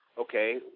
okay